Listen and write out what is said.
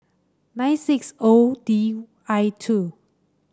nine six O D I two